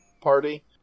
party